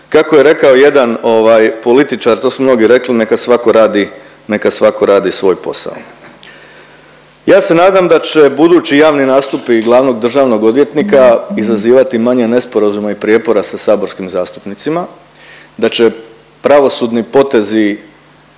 kako je rekao jedan političar, to su mnogi rekli neka svatko radi svoj posao. Ja se nadam da će budući javni nastupi glavnog državnog odvjetnika izazivati manje nesporazume i prijepore sa saborskim zastupnicima, da će pravosudni potezi